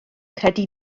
credu